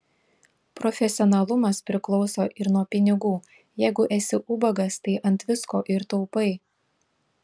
profesionalumas priklauso ir nuo pinigų jeigu esi ubagas tai ant visko ir taupai